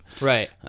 right